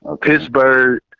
Pittsburgh